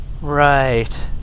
Right